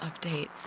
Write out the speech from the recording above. update